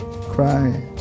cry